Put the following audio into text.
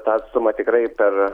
tą atstumą tikrai per